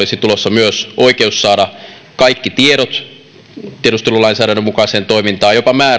myös oikeus saada kaikki tiedot tiedustelulainsäädännön mukaiseen toimintaan jopa